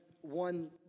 one